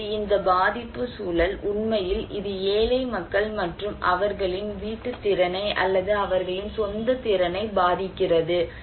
இப்போது இந்த பாதிப்புச் சூழல் உண்மையில் இது ஏழை மக்கள் மற்றும் அவர்களின் வீட்டுத் திறனை அல்லது அவர்களின் சொந்த திறனை பாதிக்கிறது